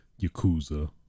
yakuza